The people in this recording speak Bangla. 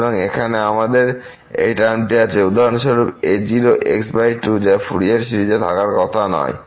সুতরাং এখানে আমাদের এই টার্মটি আছে উদাহরণস্বরূপ a0 x 2 যা ফুরিয়ার সিরিজে থাকার কথা নয়